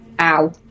Ow